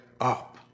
up